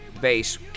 bass